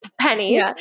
pennies